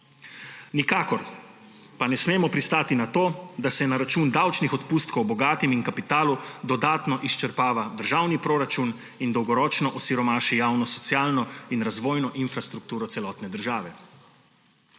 Nikakor pa ne smemo pristati na to, da se na račun davčnih odpustkov bogatim in kapitalu dodatno izčrpava državni proračun in dolgoročno osiromaši javno socialno in razvojno infrastrukturo celotne države.